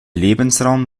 lebensraum